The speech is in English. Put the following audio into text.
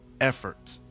effort